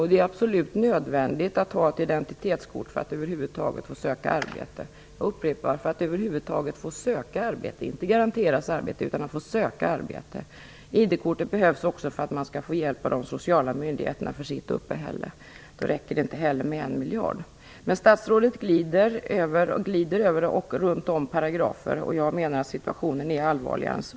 Det är absolut nödvändigt att ha ett identitetskort för att över huvud taget kunna söka ett arbete. Jag upprepar: för att över huvud taget få söka arbete, inte garanteras arbete, utan att få söka arbete. ID-kortet behövs också för att man skall få hjälp av de sociala myndigheterna för sitt uppehälle. Då räcker det inte heller med en miljard. Men statsrådet glider över och runt paragrafer. Jag menar att situationen är allvarligare än så.